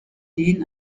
denen